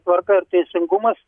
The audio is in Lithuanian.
tvarka ir teisingumas